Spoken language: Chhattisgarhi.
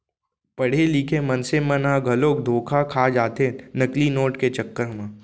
पड़हे लिखे मनसे मन ह घलोक धोखा खा जाथे नकली नोट के चक्कर म